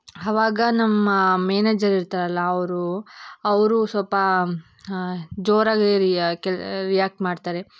ಅವಾಗ ನಮ್ಮ ಮೇನೇಜರ್ ಇರ್ತಾರಲ್ಲ ಅವರು ಅವರೂ ಸ್ವಲ್ಪ ಹಾಂ ಜೋರಾಗಿ ರಿಯಾಕ್ಟ್ ಮಾಡ್ತಾರೆ